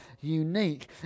unique